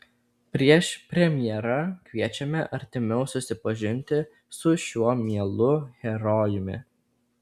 prieš premjerą kviečiame artimiau susipažinti su šiuo mielu herojumi